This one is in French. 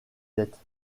dettes